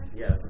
Yes